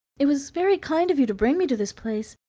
it was very kind of you to bring me to this place,